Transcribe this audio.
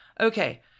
Okay